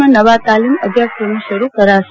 માં નવા તાલીમ અભ્યાસક્રમો શરૂ કરશે